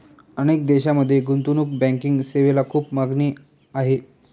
अनेक देशांमध्ये गुंतवणूक बँकिंग सेवेला खूप मागणी आहे